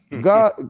God